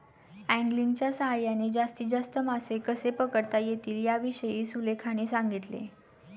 अँगलिंगच्या सहाय्याने जास्तीत जास्त मासे कसे पकडता येतील याविषयी सुलेखाने सांगितले